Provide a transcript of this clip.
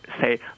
say